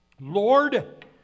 Lord